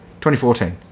2014